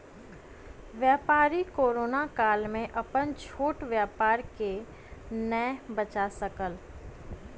व्यापारी कोरोना काल में अपन छोट व्यापार के नै बचा सकल